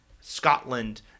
Scotland